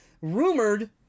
rumored